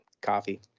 coffee